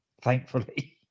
Thankfully